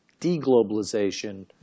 deglobalization